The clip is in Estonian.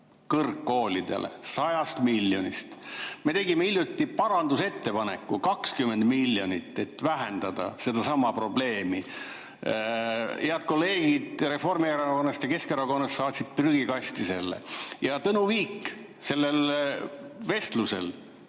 kõrgkoolidele. 100 miljonist! Me tegime hiljuti parandusettepaneku 20 miljonit, et vähendada seda probleemi. Head kolleegid Reformierakonnast ja Keskerakonnast saatsid prügikasti selle. Tõnu Viik sellel vestlusel